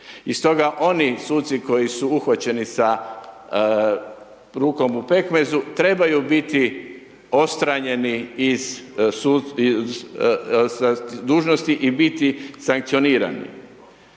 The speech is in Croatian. Stoga oni suci koji su uhvaćeni sa rukom u pekmezu, trebaju biti odstranjeni iz dužnosti i biti sankcionirani.